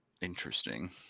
interesting